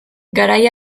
garai